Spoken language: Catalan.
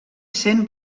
sent